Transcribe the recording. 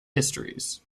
histories